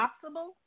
possible